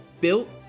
built